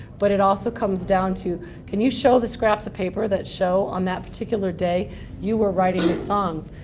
but it also comes down to can you show the scraps of paper that show on that particular particular day you were writing ah songs.